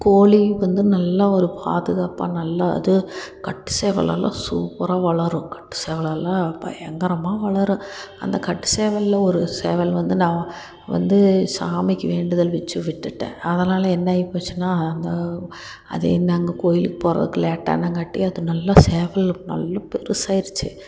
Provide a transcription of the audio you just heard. கோழி வந்து நல்லா ஒரு பாதுகாப்பாக நல்லா இது கட்டு சேவலெல்லாம் சூப்பராக வளரும் கட்டு சேவலெல்லாம் பயங்கரமாக வளரும் அந்த கட்டு சேவலில் ஒரு சேவல் வந்து நான் வந்து சாமிக்கு வேண்டுதல் வெச்சு விட்டுட்டேன் அதனால் என்னாகி போச்சுன்னா அந்த அது நாங்கள் கோவிலுக்கு போறதுக்கு லேட்டானதுங்காட்டி அது நல்லா சேவல் நல்லா பெருசாயிடுச்சி